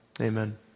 amen